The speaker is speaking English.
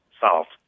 solved